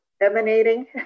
emanating